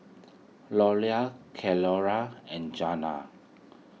Loula Cleora and Jeana